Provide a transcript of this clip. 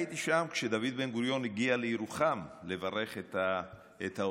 הייתי שם כשדוד בן-גוריון הגיע לירוחם לברך את העולים,